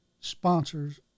sponsors